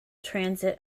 transit